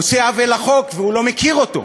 עושה עוול לחוק והוא לא מכיר אותו.